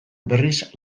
berriz